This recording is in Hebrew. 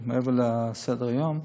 מעבר לסדר-היום: